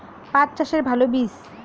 পাঠ চাষের ভালো বীজ?